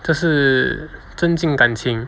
这是增进感情